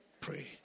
Pray